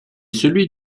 celui